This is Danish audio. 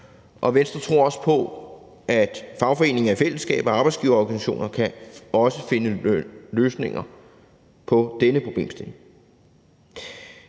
og Venstre tror også på, at fagforeninger i fællesskab med arbejdsgiverorganisationer også kan finde løsninger på denne problemstilling.